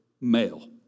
male